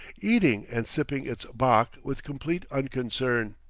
eating and sipping its bock with complete unconcern,